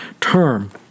term